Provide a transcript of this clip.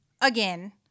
again